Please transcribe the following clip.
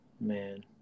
man